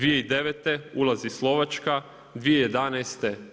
2009. ulazi Slovačka, 2011.